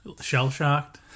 Shell-shocked